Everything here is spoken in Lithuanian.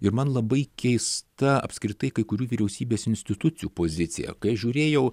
ir man labai keista apskritai kai kurių vyriausybės institucijų pozicija kai žiūrėjau